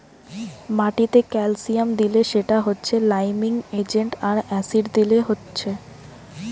মাটিতে ক্যালসিয়াম দিলে সেটা হচ্ছে লাইমিং এজেন্ট আর অ্যাসিড দিলে হচ্ছে